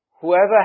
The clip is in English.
Whoever